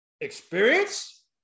experience